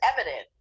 evident